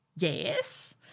yes